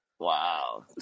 Wow